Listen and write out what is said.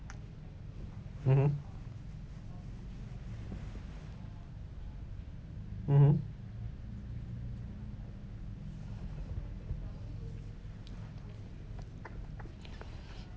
mmhmm mmhmm